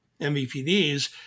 MVPDs